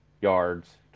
yards